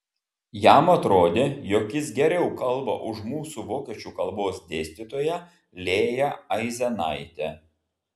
jam atrodė jog jis geriau kalba už mūsų vokiečių kalbos dėstytoją lėją aizenaitę